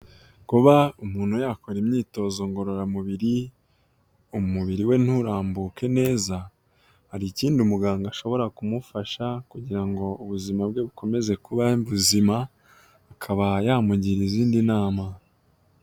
Kuba umuntu yakora imyitozo ngororamubiri umubiri we nturambuke neza, hari ikindi umuganga ashobora kumufasha kugira ngo ubuzima bwe bukomeze kuba buzima, akaba yamugira izindi nama.